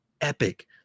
epic